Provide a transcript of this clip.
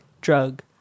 drug